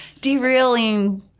Derailing